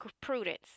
prudence